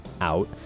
out